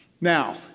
Now